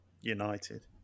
United